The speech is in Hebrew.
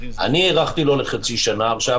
אני הארכתי לו לחצי שנה עכשיו.